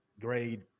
grade